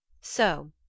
So